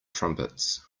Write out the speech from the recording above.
trumpets